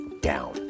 down